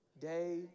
Day